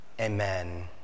Amen